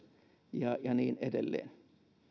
ja ja niin edelleen